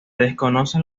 desconocen